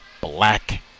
black